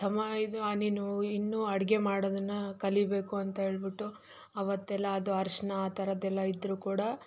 ಸಮ ನೀನು ಇನ್ನೂ ಅಡುಗೆ ಮಾಡೊದನ್ನು ಕಲಿಬೇಕು ಅಂತ್ಹೇಳ್ಬಿಟ್ಟು ಅವತ್ತೆಲ್ಲ ಅದು ಅರ್ಶಿನ ಆ ಥರದ್ದೆಲ್ಲ ಇದ್ದರೂ ಕೂಡ